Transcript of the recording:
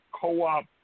co-op